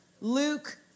Luke